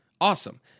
Awesome